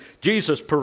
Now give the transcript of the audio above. Jesus